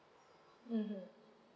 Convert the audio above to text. mmhmm